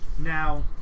Now